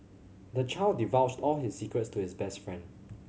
the child divulged all his secrets to his best friend